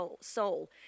soul